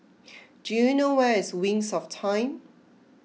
do you know where is Wings of Time